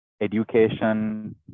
education